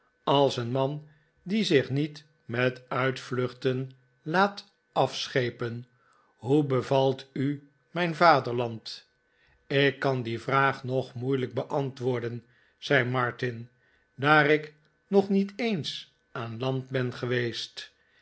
als een man die zich niet met uitvluchten laat afschepen hoe bevalt u mijn vaderland ik kan die vraag nog moeilijk beantwoorden zei martin daar ik nog niet eens aan land ben geweest